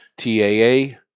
TAA